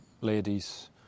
ladies